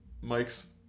Mike's